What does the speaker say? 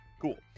Cool